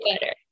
better